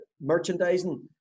merchandising